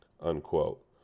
unquote